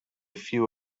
few